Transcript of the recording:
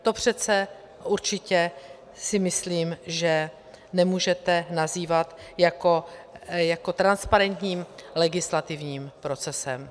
To přece určitě si myslím, že nemůžete nazývat transparentním legislativním procesem.